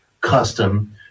custom